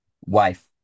wife